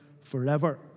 forever